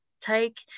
take